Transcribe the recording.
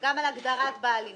הגדרת בעל עניין.